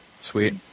Sweet